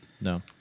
No